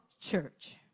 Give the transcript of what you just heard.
church